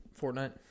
Fortnite